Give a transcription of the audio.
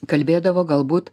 kalbėdavo galbūt